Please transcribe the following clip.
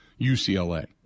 UCLA